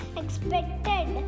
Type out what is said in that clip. expected